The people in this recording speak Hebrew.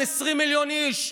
עם 20 מיליון איש,